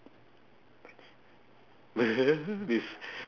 it's